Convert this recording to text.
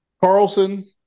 Carlson